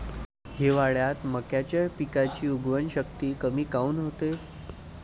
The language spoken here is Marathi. हिवाळ्यात मक्याच्या पिकाची उगवन शक्ती कमी काऊन होते?